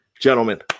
gentlemen